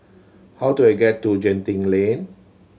how do I get to Genting Lane